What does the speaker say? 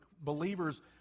believers